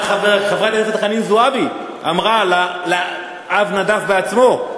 חברת הכנסת חנין זועבי אמרה לאב נדאף עצמו: